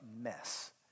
mess